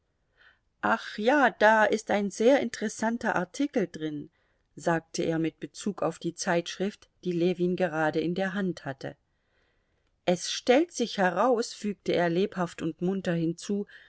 ach ja da ist ein sehr interessanter artikel drin sagte er mit bezug auf die zeitschrift die ljewin gerade in der hand hatte es stellt sich heraus fügte er lebhaft und munter hinzu